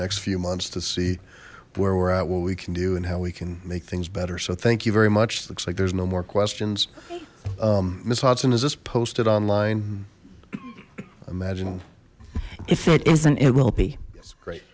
next few months to see where we're at what we can do and how we can make things better so thank you very much looks like there's no more questions miss watson is this posted online imagine if it isn't it will be